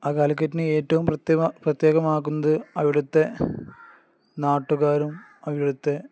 ആ കാലിക്കറ്റിനെ ഏറ്റവും പ്രത്യേക പ്രത്യേകമാക്കുന്നത് അവിടത്തെ നാട്ടുകാരും അവിടുത്തെ